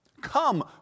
Come